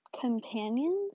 companions